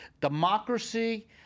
democracy